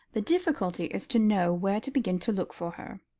the difficulty is to know where to begin to look for her.